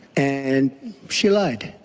and she lied.